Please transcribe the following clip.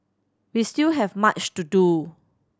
we still have much to do